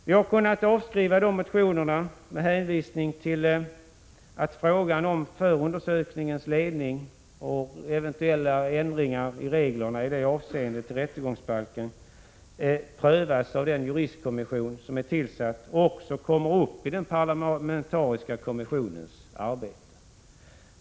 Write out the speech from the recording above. Vi har kunnat avstyrka motionerna med hänvisning till att frågan om förundersökningens ledning och eventuella ändringar av reglerna i rättegångsbalken prövas av den tillsatta juristkommissionen. Frågorna kommer också upp under den parlamentariska kommissionens arbete.